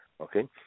okay